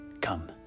come